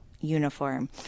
uniform